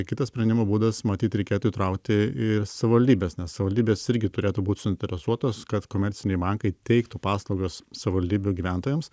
kitas sprendimo būdas matyt reikėtų įtraukti ir savivaldybes nes savivaldybės irgi turėtų būt suinteresuotos kad komerciniai bankai teiktų paslaugas savivaldybių gyventojams